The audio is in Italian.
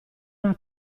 una